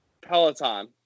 Peloton